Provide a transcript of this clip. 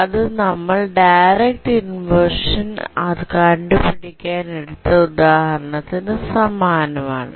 അത് നമ്മൾ direct inversion കണ്ടു പിടിക്കാൻ എടുത്ത ഉദാഹരണത്തിന് സമാനം ആണ്